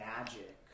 magic